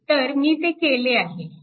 तर मी ते केले आहे